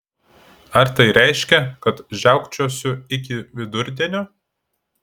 ar tai reiškia kad žiaukčiosiu iki vidurdienio